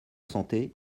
santé